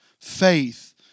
faith